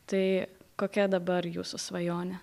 tai kokia dabar jūsų svajonė